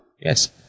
Yes